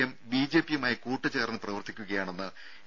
M ബിജെപിയുമായി കൂട്ടു ചേർന്ന് പ്രവർത്തിക്കുകയാണെന്ന് എ